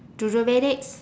red dates